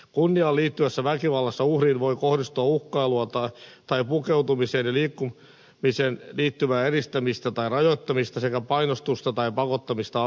kunniaan liittyvässä väkivallassa uhriin voi kohdistua uhkailua tai pukeutumiseen ja liikkumiseen liittyvää eristämistä tai rajoittamista sekä painostusta tai pakottamista avioliittoon